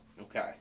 Okay